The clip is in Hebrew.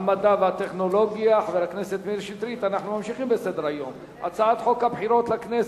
המדע והטכנולוגיה בדבר תיקון טעות בחוק